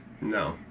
no